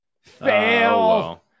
fail